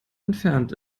entfernt